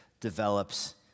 develops